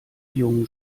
jungen